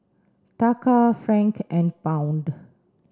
Taka Franc and Pound